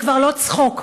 זה כבר לא צחוק,